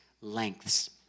Lengths